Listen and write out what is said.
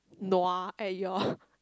nua at your